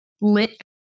lit